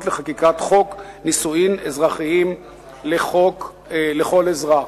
לחקיקת חוק נישואים אזרחיים לכל אזרח".